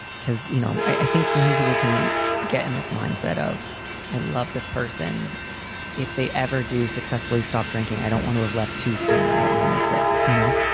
cause, you know, i think some you will can get in this mindset of i love this person if they ever do successfully stop drinking. i don't want to have left too soon. i don't want to miss it. you know,